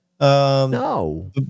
No